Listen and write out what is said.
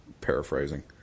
paraphrasing